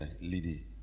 lady